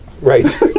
Right